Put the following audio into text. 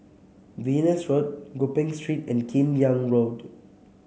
Venus Road Gopeng Street and Kim Yam Road